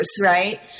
right